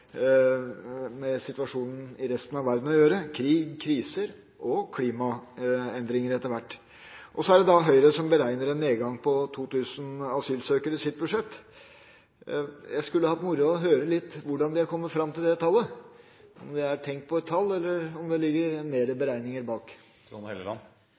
med situasjonen i resten av verden å gjøre – krig, kriser og – etter hvert – klimaendringer. Høyre beregner en nedgang på 2 000 asylsøkere i sitt budsjett. Jeg skulle hatt moro av å høre litt om hvordan de har kommet fram til det tallet – om det er «tenk på et tall», eller om det ligger